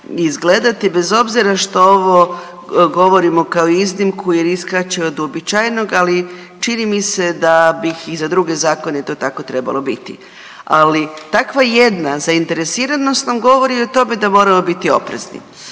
bez obzira što ovo govorimo kao iznimku jer iskače od uobičajenog, ali čini mi se da bi i za druge zakone to tako trebalo biti. Ali takva jedna zainteresiranost nam govori o tome da moramo biti oprezni